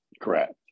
Correct